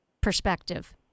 perspective